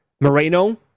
Moreno